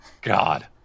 God